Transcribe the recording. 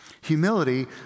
Humility